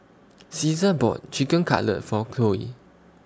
Caesar bought Chicken Cutlet For Cloe